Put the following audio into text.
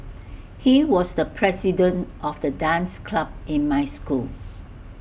he was the president of the dance club in my school